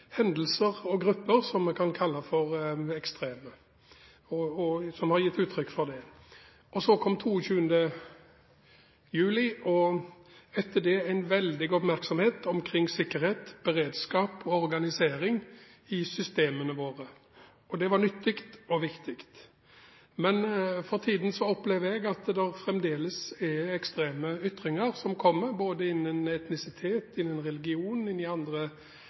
hendelser og grupper som vi kan kalle for ekstreme, og som har gitt uttrykk for det. Så kom 22. juli og etter det en veldig oppmerksomhet omkring sikkerhet, beredskap og organisering i systemene våre, og det var nyttig og viktig. Men jeg opplever at det fremdeles er ekstreme ytringer som kommer, både innen etnisitet, innen religion og innen andre